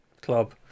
club